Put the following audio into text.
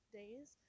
days